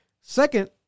Second